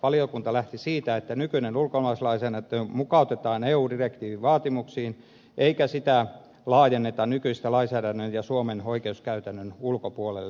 valiokunta lähti siitä että nykyinen ulkomaalaislainsäädäntö mukautetaan eu direktiivin vaatimuksiin eikä sitä laajenneta nykyisen lainsäädännön ja suomen oikeuskäytännön ulkopuolelle